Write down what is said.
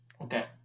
Okay